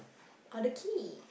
or the key